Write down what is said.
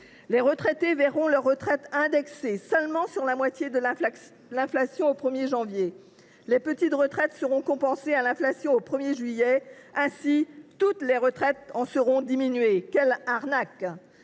Les retraités verront leur retraite indexée seulement sur la moitié de l’inflation au 1 janvier ; les petites retraites seront compensées du coût de l’inflation au 1 juillet. Ainsi, le montant de toutes les retraites sera diminué : quelle arnaque !